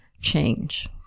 change